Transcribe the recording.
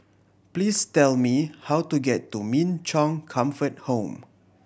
please tell me how to get to Min Chong Comfort Home